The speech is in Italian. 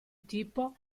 tipo